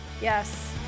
yes